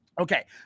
Okay